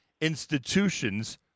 institutions